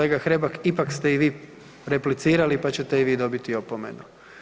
Kolega Hrebak ipak ste i vi replicirali, pa ćete i vi dobiti opomenu.